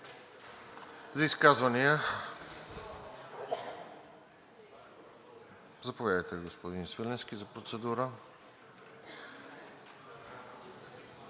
За изказвания? Заповядайте, господин Свиленски, за процедура.